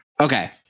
Okay